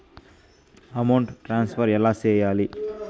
amount transfer ఎలా సేయాలి